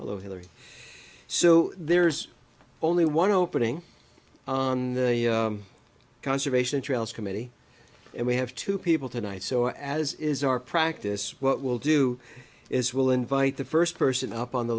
although hillary so there's only one opening on conservation trails committee and we have two people tonight so as is our practice what we'll do is we'll invite the first person up on the